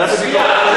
להצביע,